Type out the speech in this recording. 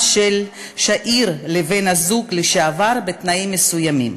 של שאיר לבן-הזוג לשעבר בתנאים מסוימים.